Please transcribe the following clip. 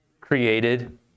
created